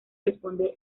responder